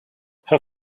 her